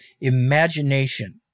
imagination